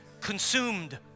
consumed